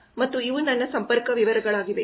Biplab Datta ಮತ್ತು ಇವು ನನ್ನ ಸಂಪರ್ಕ ವಿವರಗಳಾಗಿವೆ